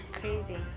Crazy